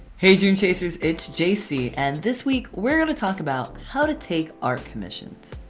hey dream chasers it's jacey and this week we're going to talk about how to take art commissions.